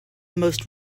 most